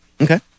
Okay